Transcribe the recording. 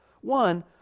One